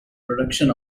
production